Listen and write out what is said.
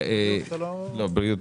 תודה רבה.